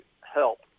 help